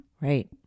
Right